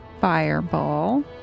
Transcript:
fireball